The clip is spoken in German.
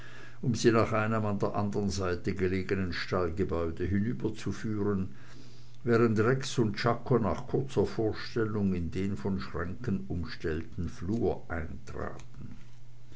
um sie nach einem an der andern seite gelegenen stallgebäude hinüberzuführen während rex und czako nach kurzer vorstellung in den von schränken umstellten flur eintraten